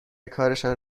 کارشان